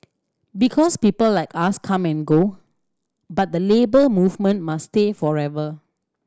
because people like us come and go but the Labour Movement must stay forever